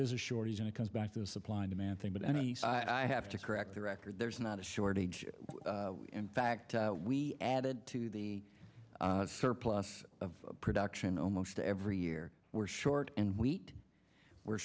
is a shortage and it comes back to the supply demand thing but and i have to correct the record there's not a shortage in fact we added to the surplus of production almost every year we're short and wheat we're